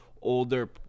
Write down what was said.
older